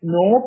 no